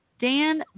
dan